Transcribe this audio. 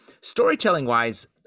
Storytelling-wise